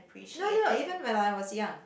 no no even when I was young